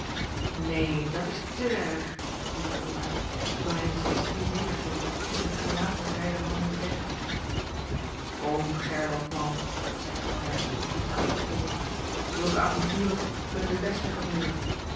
neen dat is te erg riep bol uit terwijl hij in zijn stoel nederviel en zich het gelaat met beide handen bedekte kom gerlof man zeî galjart op een goedhartigen toon zulke avonturen kunnen den beste gebeuren